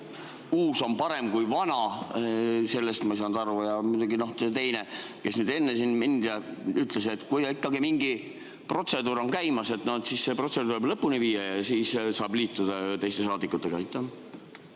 uus on parem kui vana? Sellest ma ei saanud aru. Ja muidugi see ka, et enne mind öeldi, et kui ikkagi mingi protseduur on käimas, siis see protseduur lõpuni viia ja siis saab liituda teiste saadikutega.